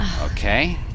Okay